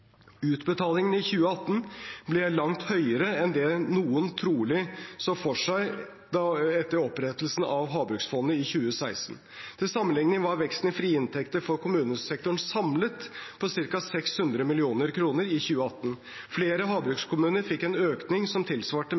Utbetalingen i 2018 ble langt høyere enn det noen trolig så for seg ved opprettelsen av havbruksfondet i 2016. Til sammenligning var veksten i frie inntekter for kommunesektoren samlet på ca. 600 mill. kr i 2018. Flere havbrukskommuner fikk en økning som tilsvarte